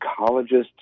psychologists